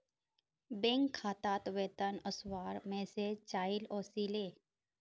bank खातात वेतन वस्वार मैसेज चाइल ओसीले